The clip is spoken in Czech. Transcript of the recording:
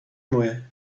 moje